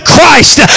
Christ